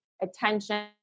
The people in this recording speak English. attention